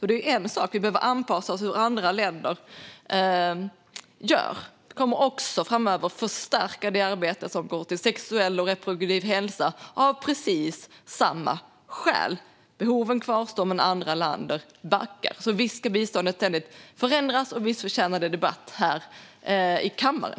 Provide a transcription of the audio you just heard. Det är en sak att vi behöver anpassa oss till hur andra länder gör, men vi kommer också framöver att förstärka arbetet som gäller sexuell och reproduktiv hälsa av samma skäl - behoven kvarstår men andra länder backar. Visst ska biståndet ständigt förändras, och visst förtjänar det att debatteras i kammaren.